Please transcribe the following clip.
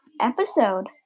episode